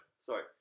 Sorry